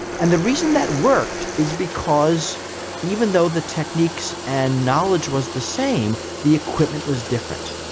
and the reason that worked is because even though the techniques and knowledge was the same, the equipment was different.